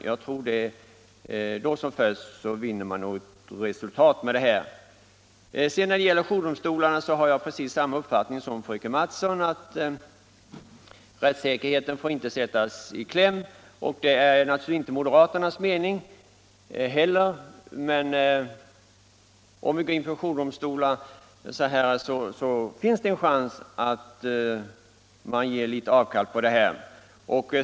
Jag tror att man först då vinner något resultat med en ökning. När det gäller jourdomstolarna har jag precis samma uppfattning som fröken Mattson, att rättssäkerheten inte får komma i kläm. Det är naturligtvis inte heller moderaternas mening att så skall ske, men om vi går in för jourdomstolar finns det risk för att man gör avkall på rättssäkerheten.